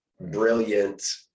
brilliant